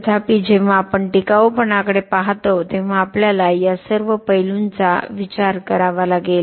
तथापि जेव्हा आपण टिकाऊपणाकडे पाहतो तेव्हा आपल्याला या सर्व पैलूंचा विचार करावा लागेल